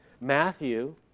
Matthew